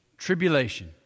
Tribulation